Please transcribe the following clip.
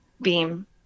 beam